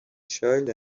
child